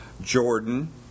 Jordan